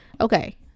Okay